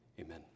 Amen